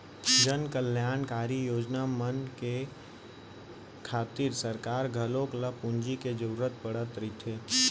जनकल्यानकारी योजना मन के खातिर सरकार घलौक ल पूंजी के जरूरत पड़त रथे